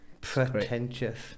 Pretentious